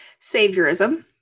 Saviorism